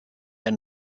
der